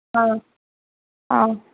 ஆ ஆ